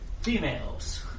females